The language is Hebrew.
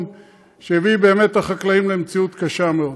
הביא באמת את החקלאים למציאות קשה מאוד.